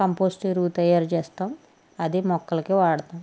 compost ఎరువు తయారు చేస్తాం అది మొక్కలకి వాడుతాం